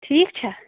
ٹھیٖک چھا